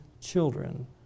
children